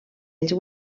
ells